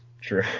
true